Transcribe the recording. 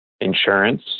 insurance